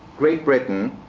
great britain,